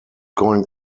going